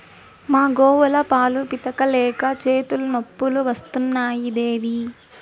మా గోవుల పాలు పితిక లేక చేతులు నొప్పులు వస్తున్నాయి దేవీ